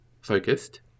focused